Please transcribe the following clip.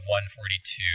142